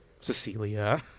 Cecilia